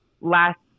last